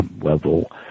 level